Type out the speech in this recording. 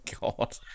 god